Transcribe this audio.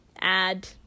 add